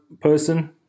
person